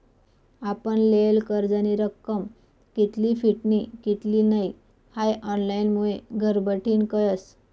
आपण लेयेल कर्जनी रक्कम कित्ली फिटनी कित्ली नै हाई ऑनलाईनमुये घरबठीन कयस